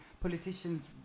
politicians